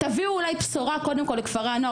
תביאו אולי בשורה קודם כל ל כפרי הנוער